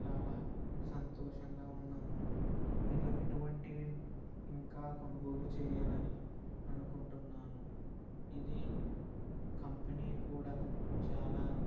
చాలా సంతోషంగా ఉన్నాను ఇలా ఇటువంటివి ఇంకా కొనుగోలు చెయ్యాలని అనుకుంటున్నాను ఇది కంపెని కూడా చాలా